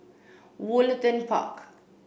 Woollerton Park